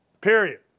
period